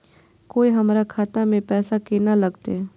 कोय हमरा खाता में पैसा केना लगते?